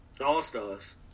all-stars